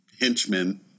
henchmen